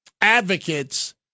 advocates